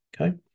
okay